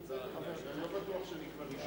תודה רבה, לפני כשבוע,